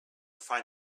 find